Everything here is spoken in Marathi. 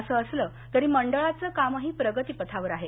असं असलं तरी मंडळाचं कामंही प्रगतीपथावर आहे